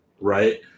right